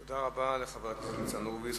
תודה רבה לחבר הכנסת ניצן הורוביץ.